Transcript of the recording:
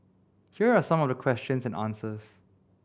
here are some of the questions and answers